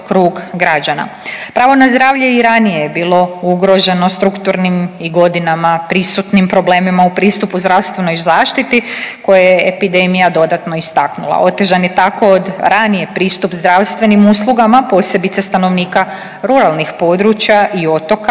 Pravo na zdravlje i ranije je bilo ugroženo strukturnim i godinama prisutnim problemima u pristupu zdravstvenoj zaštiti koje je epidemija dodatno istaknula. Otežan je tako od ranije pristup zdravstvenim uslugama posebice stanovnika ruralnih područja i otoka,